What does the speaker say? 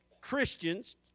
Christians